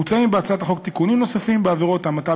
מוצעים בהצעת החוק תיקונים בעבירות המתה